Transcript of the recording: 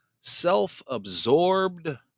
self-absorbed